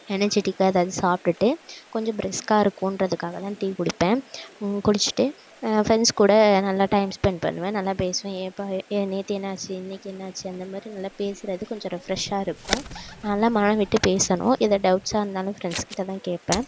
எனர்ஜிட்டிக்காக எதாவது சாப்பிட்டுட்டு கொஞ்சம் பிரிஸ்க்காக இருக்கும்ன்றதுக்காக தான் டீ குடிப்பேன் குடிச்சுவிட்டு ஃப்ரெண்ட்ஸ் கூட நல்லா டைம் ஸ்பெண்ட் பண்ணுவேன் நல்லா பேசுவேன் ஏன்ப்பா ஏன் நேற்று என்னாச்சு இன்றைக்கு என்னாச்சு அந்த மாதிரி நல்லா பேசுகிறது கொஞ்சம் ரெஃப்ரெஷ்ஷாக இருக்கும் நல்லா மனம் விட்டு பேசணும் எதா டவுட்ஸ்ஸாக இருந்தாலும் ஃப்ரெண்ட்ஸ் கிட்ட தான் கேட்பேன்